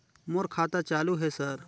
मोर खाता चालु हे सर?